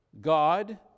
God